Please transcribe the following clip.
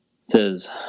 Says